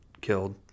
killed